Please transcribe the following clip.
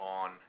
on